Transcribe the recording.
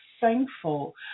thankful